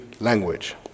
language